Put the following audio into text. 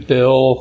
Bill